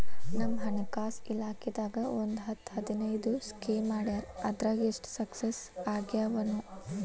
ನಮ್ ಹಣಕಾಸ್ ಇಲಾಖೆದಾಗ ಒಂದ್ ಹತ್ತ್ ಹದಿನೈದು ಸ್ಕೇಮ್ ಮಾಡ್ಯಾರ ಅದ್ರಾಗ ಎಷ್ಟ ಸಕ್ಸಸ್ ಆಗ್ಯಾವನೋ